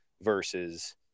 versus